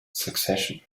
succession